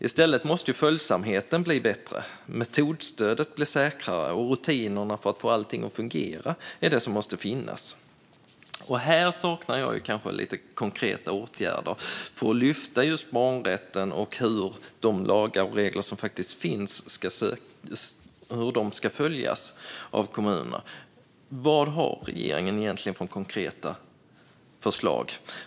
I stället måste följsamheten bli bättre och metodstödet bli säkrare, och det måste finnas rutiner för att få allting att fungera. Jag saknar konkreta åtgärder som lyfter upp barnrätten och hur de lagar och regler som finns ska följas av kommunerna. Vilka konkreta förslag har regeringen egentligen?